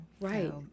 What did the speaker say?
Right